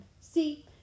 See